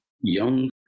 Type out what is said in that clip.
young